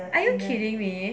are you kidding me